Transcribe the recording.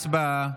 הצבעה.